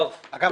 אגב,